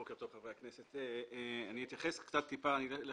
בוקר טוב, חברי הכנסת, אני אלך קצת אחורה.